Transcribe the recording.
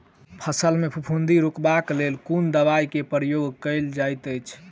फसल मे फफूंदी रुकबाक लेल कुन दवाई केँ प्रयोग कैल जाइत अछि?